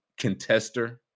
contester